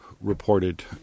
reported